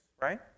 right